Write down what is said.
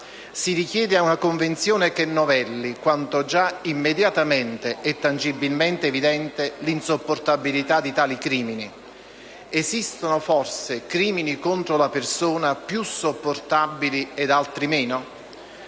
Si richiede una Convenzione che novelli, quanto già immediatamente e tangibilmente evidente, l'insopportabilità di tali crimini? Esistono, forse, crimini contro la persona più sopportabili ed altri meno?